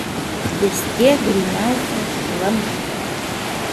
vis tiek gryniausias šlamštas